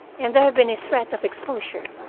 and there had been a threat of exposure.